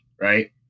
right